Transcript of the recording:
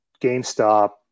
GameStop